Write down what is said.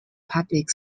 public